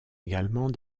également